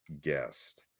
guest